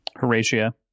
horatia